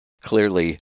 clearly